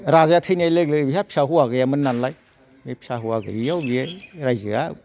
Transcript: राजाया थैनाय लोगो लोगो बेहा फिसा हौवा गैयामोन नालाय बे फिसा हौवा गैयैयावनो बेयो राज्योया